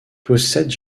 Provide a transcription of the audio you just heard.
possèdent